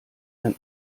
ein